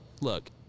look